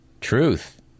truth